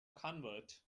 convert